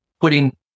putting